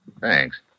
Thanks